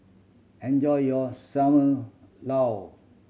enjoy your Sam Lau